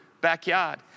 backyard